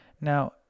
Now